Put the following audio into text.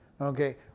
Okay